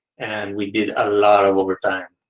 and we did a lot of overtime.